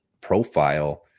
profile